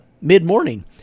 mid-morning